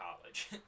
college